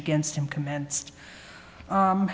against him commenced